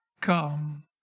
come